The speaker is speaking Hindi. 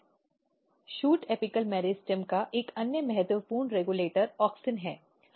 शूट एपिकल मेरिस्टेम का एक अन्य महत्वपूर्ण रेगुलेटर ऑक्सिन है